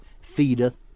feedeth